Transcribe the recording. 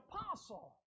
apostle